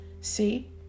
See